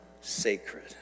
sacred